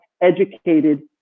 educated